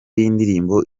y’indirimbo